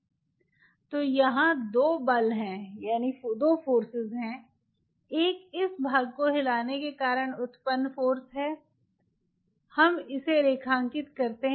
तो यहां 2 बल हैं एक इस भाग के हिलने के कारण उत्पन्न बल है हम इसे रेखांकित करते हैं